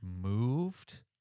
moved